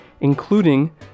including